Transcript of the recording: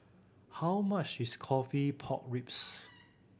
how much is coffee pork ribs